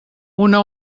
una